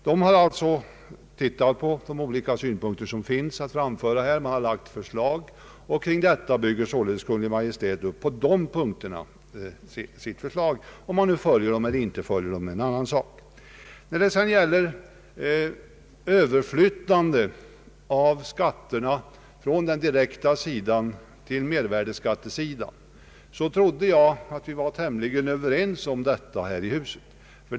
Dessa har alltså behandlat frågorna ur olika synvinklar och lagt fram förslag. Kring detta bygger Kungl. Maj:t, på dessa punkter, upp sitt förslag. Det är en annan sak om man följer eller inte följer de synpunkter som lagts fram inom dessa beredningar. När det gäller överflyttande av skat terna från den direkta sidan till mervärdeskattesidan trodde jag att vi här i riksdagen var tämligen överens om att göra detta.